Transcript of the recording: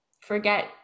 forget